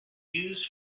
used